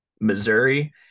Missouri